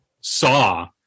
saw